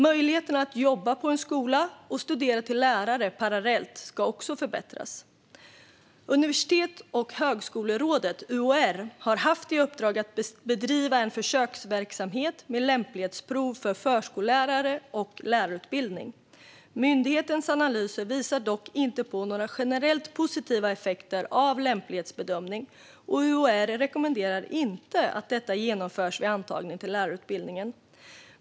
Möjligheten att jobba på en skola och studera till lärare parallellt ska också förbättras. Universitets och högskolerådet, UHR, har haft i uppdrag att bedriva en försöksverksamhet med lämplighetsprov för förskollärar och lärarutbildning. Myndighetens analyser visar dock inte på några generellt positiva effekter av lämplighetsbedömningen, och UHR rekommenderar inte att detta genomförs vid antagning till lärarutbildningarna.